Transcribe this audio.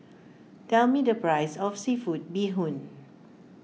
tell me the price of Seafood Bee Hoon